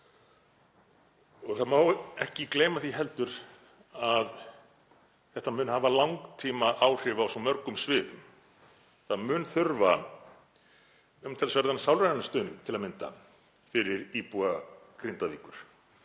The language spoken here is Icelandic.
Það má ekki gleyma því heldur að þetta mun hafa langtímaáhrif á svo mörgum sviðum. Það mun þurfa umtalsverðan sálrænan stuðning til að mynda fyrir íbúa Grindavíkur